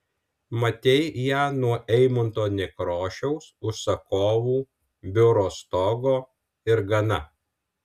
matei ją nuo eimunto nekrošiaus užsakovų biuro stogo ir gana